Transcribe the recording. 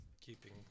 keeping